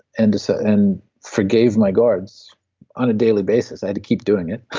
and so and forgave my guards on a daily basis, i had to keep doing it,